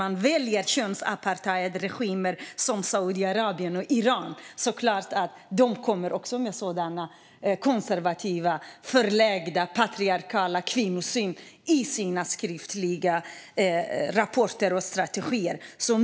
Man väljer könsapartheidregimer som Saudiarabien och Iran, och det är klart att de kommer med en konservativ, förlegad och patriarkal kvinnosyn i sina skriftliga rapporter och strategier.